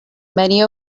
many